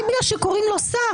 רק בגלל שקוראים לו "שר",